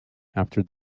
after